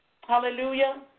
hallelujah